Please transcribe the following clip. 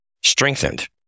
strengthened